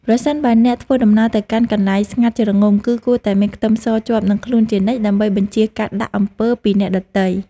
ប្រសិនបើអ្នកធ្វើដំណើរទៅកាន់កន្លែងស្ងាត់ជ្រងំគឺគួរតែមានខ្ទឹមសជាប់នឹងខ្លួនជានិច្ចដើម្បីបញ្ចៀសការដាក់អំពើពីអ្នកដទៃ។